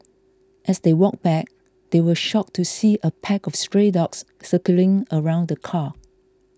as they walked back they were shocked to see a pack of stray dogs circling around the car